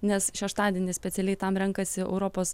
nes šeštadienį specialiai tam renkasi europos